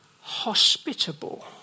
hospitable